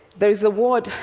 there is a word,